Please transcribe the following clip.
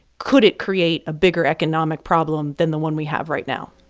could it create a bigger economic problem than the one we have right now?